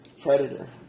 Predator